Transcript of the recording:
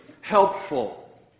Helpful